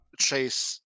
chase